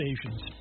stations